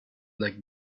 like